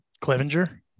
Clevenger